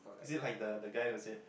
is it like the the guy will say